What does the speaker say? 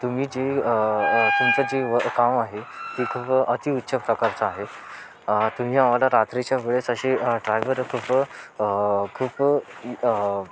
तुम्ही जे तुमचं जे काम आहे ते खूप अतिउच्च प्रकारचं आहे तुम्ही आम्हाला रात्रीच्या वेळेस अशी ड्रायव्हर लोकं खूप